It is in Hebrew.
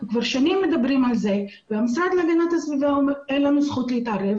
כבר שנים מדברים על זה והמשרד להגנת הסביבה אומר 'אין לנו זכות להתערב',